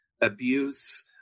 abuse